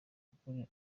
ukuri